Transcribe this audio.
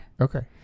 Okay